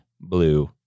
blue